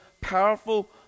powerful